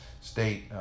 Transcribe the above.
state